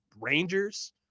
Rangers